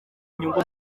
inyungu